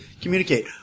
communicate